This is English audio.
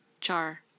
Char